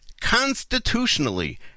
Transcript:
constitutionally